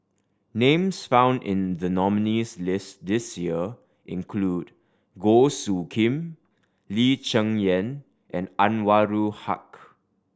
names found in the nominees' list this year include Goh Soo Khim Lee Cheng Yan and Anwarul Haque